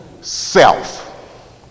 Self